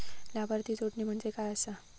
लाभार्थी जोडणे म्हणजे काय आसा?